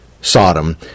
Sodom